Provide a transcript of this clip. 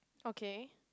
okay